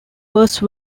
verse